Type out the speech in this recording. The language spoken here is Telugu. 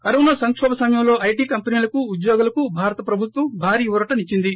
కరోనా సంకోభ సమయంలో ఐటీ కంపెనీలకు ఉద్యోగులకు భారత ప్రభుత్వం భారీ ఊరట నిచ్చింది